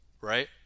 right